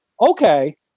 Okay